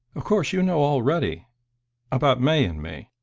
of course you know already about may and me,